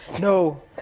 No